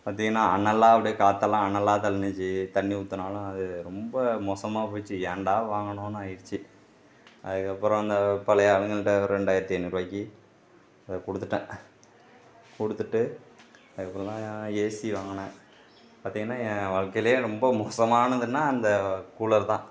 பார்த்திங்கன்னா அனலாக அப்படியே காற்றல்லாம் அனலாக தள்ளினுச்சி தண்ணி ஊற்றினாலும் அது ரொம்ப மோசமாக போச்சு ஏன்டா வாங்கினோன்னு ஆகிருச்சி அதுக்கப்புறம் அந்த பழைய ரெண்டாயிரத்து ஐநூறு ரூபாக்கி அதை கொடுத்துட்டேன் கொடுத்துட்டு அதுக்கப்புறம்தா ஏசி வாங்கினேன் பார்த்திங்கன்னா என் வாழ்க்கையிலயே ரொம்ப மோசமானதுனால் அந்த கூலர் தான்